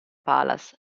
palace